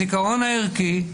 הזיכרון הערכי,